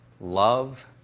Love